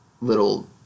little